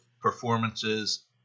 performances